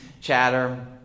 chatter